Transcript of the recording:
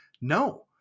no